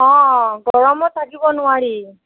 অঁ গৰমত থাকিব নোৱাৰি